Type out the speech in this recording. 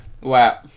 Wow